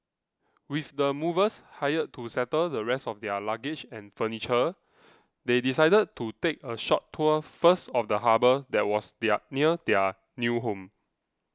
with the movers hired to settle the rest of their luggage and furniture they decided to take a short tour first of the harbour that was their near their new home